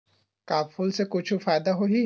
का फूल से कुछु फ़ायदा होही?